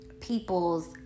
people's